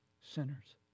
sinners